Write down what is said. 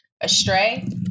astray